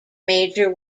major